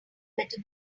better